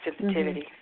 sensitivity